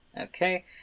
Okay